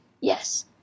Yes